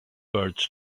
birds